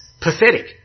pathetic